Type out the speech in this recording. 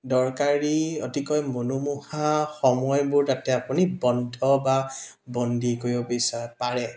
দৰকাৰী অতিকৈ মনোমোহা সময়বোৰ তাতে আপুনি বন্ধ বা বন্দী কৰিব বিচা পাৰে